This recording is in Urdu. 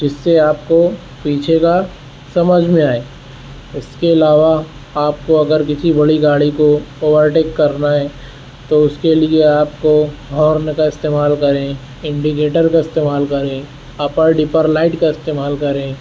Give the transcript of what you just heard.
جس سے آپ کو پیچھے کا سمجھ میں آئے اس کے علاوہ آپ کو اگر کسی بڑی گاڑی کو اوور ٹیک کرنا ہے تو اس کے لئے آپ کو ہورن کا استعمال کریں اینڈیکیٹر کا استعمال کریں اپر ڈپر لائٹ کا استعمال کریں